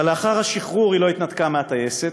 אבל לאחר השירות היא לא התנתקה מהטייסת.